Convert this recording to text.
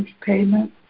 payment